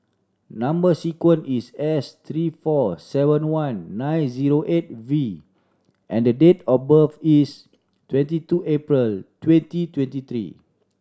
number sequence is S three four seven one nine zero eight V and date of birth is twenty two April twenty twenty three